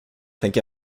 tänk